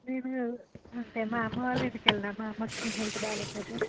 నేను అంటే మా అమ్మ వాళ్ళ ఇంటికెళ్ళాను మా అమ్మకి హెల్త్ బాగాలేకపోతే